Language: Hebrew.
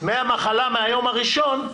דמי המחלה מהיום הראשון,